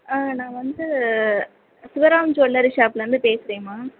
ஆ நான் வந்து சிவராம் ஜுவல்லரி ஷாப்லேருந்து பேசுகிறேம்மா